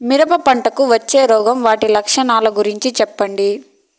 మిరప పంటకు వచ్చే రోగం వాటి లక్షణాలు గురించి చెప్పండి?